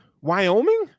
Wyoming